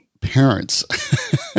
parents